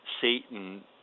satan